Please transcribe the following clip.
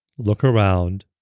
look around,